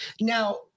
Now